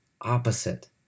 opposite